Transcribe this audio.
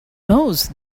most